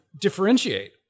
differentiate